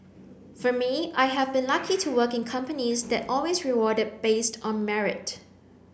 for me I have been lucky to work in companies that always rewarded based on merit